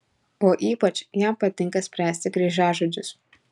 o ypač jam patinka spręsti kryžiažodžius